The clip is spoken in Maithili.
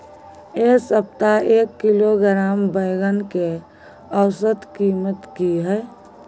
ऐ सप्ताह एक किलोग्राम बैंगन के औसत कीमत कि हय?